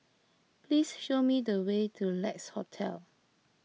please show me the way to Lex Hotel